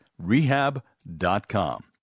Rehab.com